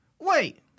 wait